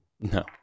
No